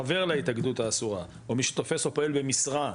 חבר להתאגדות האסורה או מי שתופס או פועל במשרה,